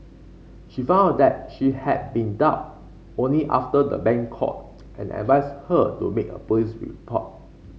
she found out she had been duped only after the bank called and advised her to make a police report